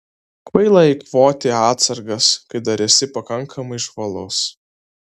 kvaila eikvoti atsargas kai dar esi pakankamai žvalus